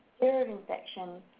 fear of infection,